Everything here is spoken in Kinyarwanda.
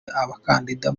abakandida